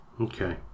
Okay